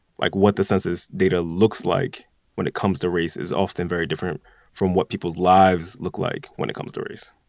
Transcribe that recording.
like, what the census data looks like when it comes to race is often very different from what people's lives look like when it comes to race